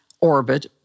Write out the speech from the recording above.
orbit